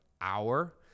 hour